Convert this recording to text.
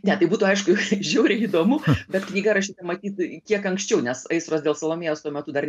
ne tai būtų aišku žiauriai įdomu bet knyga rašyta matyt kiek anksčiau nes aistros dėl salomėjos tuo metu dar